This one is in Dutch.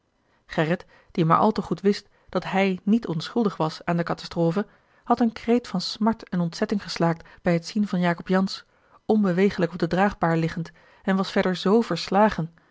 gerrit die maar al te goed wist dat hij niet onschuldig was aan de catastrophe had een kreet van smart en ontzetting geslaakt bij het zien van jacob jansz onbeweeglijk op de draagbaar liggend en was verder z verslagen